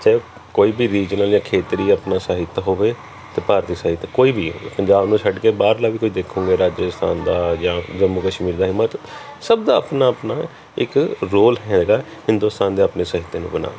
ਚਾਹੇ ਕੋਈ ਵੀ ਰੀਜਨਲ ਜਾਂ ਖੇਤਰੀ ਆਪਣਾ ਸਾਹਿਤ ਹੋਵੇ ਅਤੇ ਭਾਰਤੀ ਸਾਹਿਤ ਕੋਈ ਵੀ ਪੰਜਾਬ ਨੂੰ ਛੱਡ ਕੇ ਬਾਹਰਲਾ ਵੀ ਕੋਈ ਦੇਖੋਗੇ ਰਾਜਸਥਾਨ ਦਾ ਜਾਂ ਜੰਮੂ ਕਸ਼ਮੀਰ ਦਾ ਹਿਮਾਚਲ ਸਭ ਦਾ ਆਪਣਾ ਆਪਣਾ ਇੱਕ ਰੋਲ ਹੈਗਾ ਹਿੰਦੁਸਤਾਨ ਦੇ ਆਪਣੇ ਸਾਹਿਤਯ ਨੂੰ ਬਣਾਉਣ ਲਈ